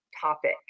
topic